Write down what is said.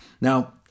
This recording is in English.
Now